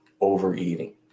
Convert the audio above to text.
overeating